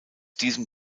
diesem